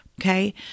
okay